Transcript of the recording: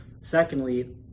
Secondly